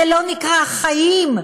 זה לא נקרא חיים,